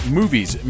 movies